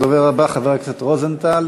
הדובר הבא, חבר הכנסת רוזנטל,